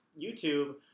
YouTube